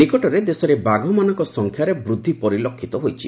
ନିକଟରେ ଦେଶରେ ବାଘମାନଙ୍କର ସଂଖ୍ୟାରେ ବୃଦ୍ଧି ପରିଲକ୍ଷିତ ହୋଇଛି